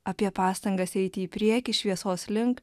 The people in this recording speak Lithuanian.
apie pastangas eiti į priekį šviesos link